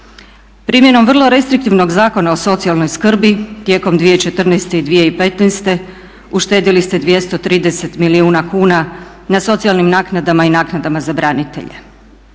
Primjenom vrlo restriktivnog Zakona o socijalnoj skrbi tijekom 2014. i 2015. uštedjeli ste 230 milijuna kuna na socijalnim naknadama i naknadama za branitelje.